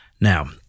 Now